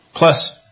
Plus